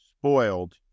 spoiled